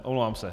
Omlouvám se.